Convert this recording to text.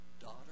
Daughter